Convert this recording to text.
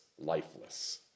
lifeless